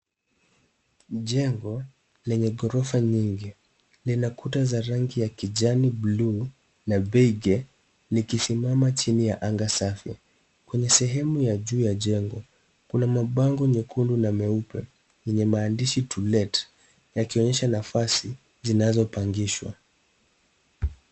Ni jengo lenye ghorofa nyingi, lina kuta za rangi ya kijani, buluu na beige likisimama chini ya anga safi. Kwenye sehemu ya juu ya jengo, kuna mabango nyekundu na meupe yenye maandishi to let , yakionyesha nafasi zinazopangishwa.